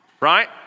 Right